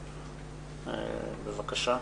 בבקשה.